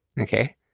Okay